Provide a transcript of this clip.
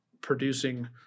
producing